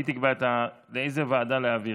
והיא תקבע לאיזו ועדה להעביר.